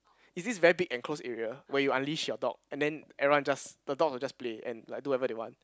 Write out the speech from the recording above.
is this very big enclosed area where you unleash your dog and then everyone just the dog will just play and like do whatever they want